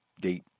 date